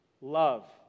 love